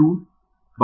यह 05 होगा